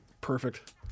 perfect